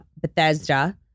Bethesda